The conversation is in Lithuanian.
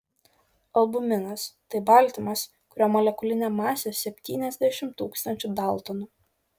albuminas tai baltymas kurio molekulinė masė septyniasdešimt tūkstančių daltonų